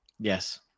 Yes